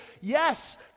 yes